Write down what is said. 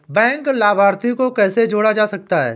Bank लाभार्थी को कैसे जोड़ा जा सकता है?